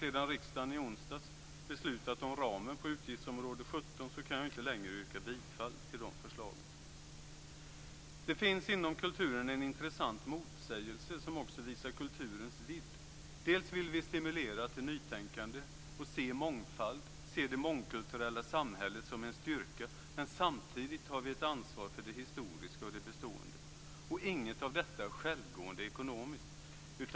Sedan riksdagen i onsdags beslutat om ramen för utgiftsområde 17 kan jag inte längre yrka bifall till dessa förslag. Det finns inom kulturen en intressant motsägelse som också visar kulturens vidd. Vi vill stimulera till nytänkande, se mångfald och det mångkulturella samhället som en styrka, men vi har samtidigt ett ansvar för det historiska och bestående. Inget av detta är självgående ekonomiskt.